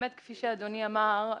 כפי שאדוני אמר,